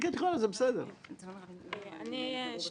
אני ממליץ לכל מי שהתאמן בבית בלהתנשא עלינו,